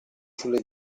sulle